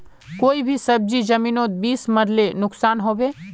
कोई भी सब्जी जमिनोत बीस मरले नुकसान होबे?